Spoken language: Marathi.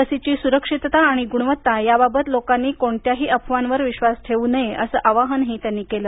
लसीची सुरक्षितता आणि गुणवत्ता याबाबत लोकांनी कोणत्याही अफवांवर विश्वास ठेवू नये असं आवाहनही त्यांनी केलं